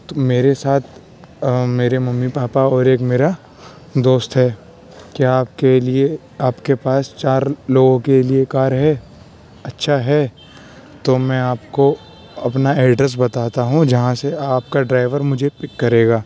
تو میرے ساتھ میرے ممی پاپا اور ایک میرا دوست ہے کیا آپ کے لیے آپ کے پاس چار لوگوں کے لیے کار ہے اچھا ہے تو میں آپ کو اپنا ایڈریس بتاتا ہوں جہاں سے آپ کا ڈرائیور مجھے پک کرے گا